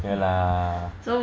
ya lah